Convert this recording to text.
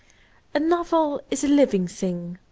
a novel is a living thing,